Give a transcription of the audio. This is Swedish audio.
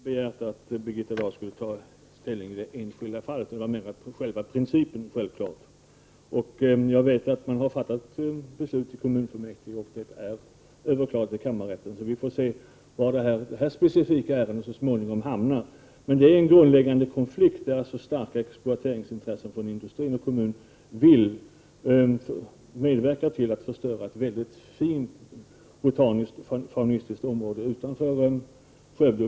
Herr talman! Jag har inte begärt att Birgitta Dahl skulle ta ställning i det enskilda fallet. Jag avsåg själva principen. Jag vet att man har fattat ett beslut i kommunfullmäktige och det är överklagat i kammarrätten. Vi får se var det här specifika ärendet så småningom hamnar. Det är dock en grundläggande konflikt där exploateringsintressen från industri och kommun vill medverka till att förstöra ett mycket fint botaniskt och faunistiskt område utanför Skövde.